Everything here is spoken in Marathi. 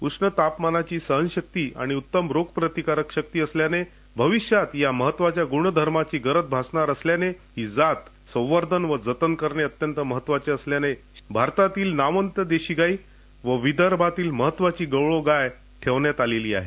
उष्ण तापमानाची सहनशक्ती आणि उत्तम रोगप्रतिकारक शक्ती असल्यानं भविष्यात या महत्वाच्या गुणधर्माची गरज भासणार असल्यानं ही जात संवर्धन आणि जतन करणं अतिशय महत्वाचं असल्यानं भारतातील नामवंत देशी गाई आणि विदर्भातील महत्वाची गवळावू गाय िं ठेवण्यात आलेली आहे